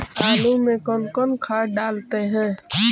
आलू में कौन कौन खाद डालते हैं?